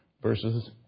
versus